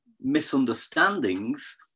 misunderstandings